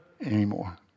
anymore